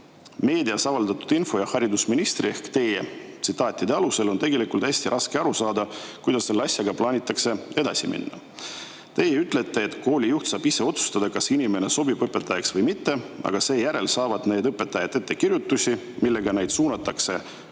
Meedias avaldatud info ja haridusministri ehk teie tsitaatide alusel on tegelikult hästi raske aru saada, kuidas selle asjaga plaanitakse edasi minna. Teie ütlete, et koolijuht saab ise otsustada, kas inimene sobib õpetajaks või mitte, aga nendele õpetajatele [tehakse] ettekirjutusi, millega neid suunatakse Sihtasutusse